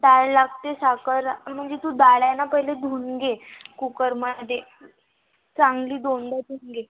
डाळ लागते साखर ला म्हणजे तू डाळ आहे ना पहिले धुवून घे कूकरमध्ये चांगली दोनदा धुवून घे